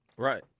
Right